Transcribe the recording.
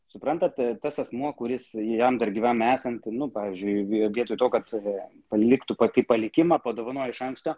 suprantate tas asmuo kuris jam dar gyvam esant nu pavyzdžiui bijo vietoj to kad tave paliktų pati palikimą padovanojo iš anksto